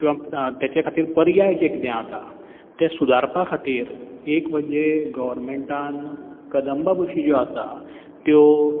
किंवां तेच्या खातीर पर्याय जे कितें आसा ते सुदारपा खातीर एक म्हणजे गॉवरमँटान कदंबा बशी ज्यो आसा त्यो